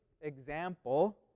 example